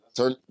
Turn